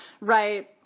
right